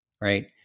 right